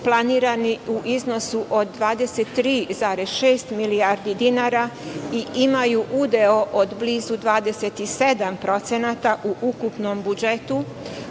planirani u iznosu od 23,6 milijardi dinara i imaju udeo od blizu 27% u ukupnom budžetu,